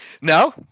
No